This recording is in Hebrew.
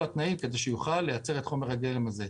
התנאים כדי שיוכל לייצר את חומר הגלם הזה.